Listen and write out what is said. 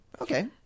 Okay